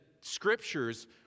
Scriptures